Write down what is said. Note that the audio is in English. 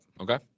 okay